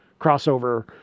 crossover